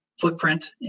footprint